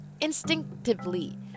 instinctively